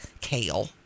kale